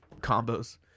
combos